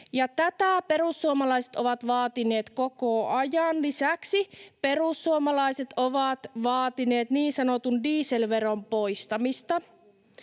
tätä perussuomalaiset ovat vaatineet koko ajan. Lisäksi perussuomalaiset ovat vaatineet niin sanotun dieselveron poistamista.